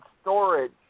storage